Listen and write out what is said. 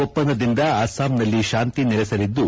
ಒಪ್ಪಂದದಿಂದ ಅಸ್ಸಾಂನಲ್ಲಿ ಶಾಂತಿ ನೆಲೆಸಲಿದ್ದು